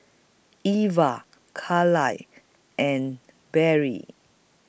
Eva Caryl and Barry